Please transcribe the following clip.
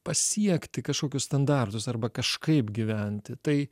pasiekti kažkokius standartus arba kažkaip gyventi tai